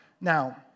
Now